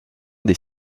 des